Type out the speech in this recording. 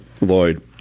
Lloyd